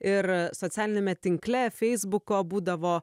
ir socialiniame tinkle feisbuko būdavo